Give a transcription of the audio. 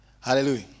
Hallelujah